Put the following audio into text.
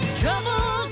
trouble